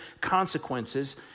consequences